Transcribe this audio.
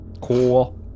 Cool